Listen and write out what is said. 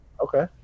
Okay